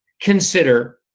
consider